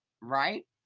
right